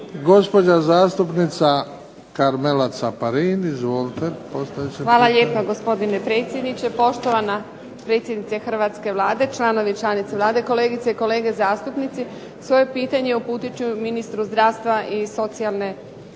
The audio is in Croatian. **Caparin, Karmela (HDZ)** Hvala lijepa gospodine predsjedniče, poštovana predsjednice Vlade, članovi i članice Vlade, kolegice i kolege zastupnici. Svoje pitanje uputit ću ministru zdravstva i socijalne